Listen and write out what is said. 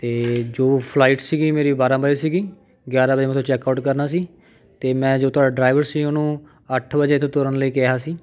ਅਤੇ ਜੋ ਫਲਾਈਟ ਸੀਗੀ ਮੇਰੀ ਬਾਰਾਂ ਵਜੇ ਸੀਗੀ ਗਿਆਰਾਂ ਵਜੇ ਮਤਲਬ ਚੈੱਕਆਊਟ ਕਰਨਾ ਸੀ ਅਤੇ ਮੈਂ ਜੋ ਤੁਹਾਡਾ ਡਰਾਈਵਰ ਸੀ ਉਹਨੂੰ ਅੱਠ ਵਜੇ ਇੱਥੋਂ ਤੁਰਨ ਲਈ ਕਿਹਾ ਸੀ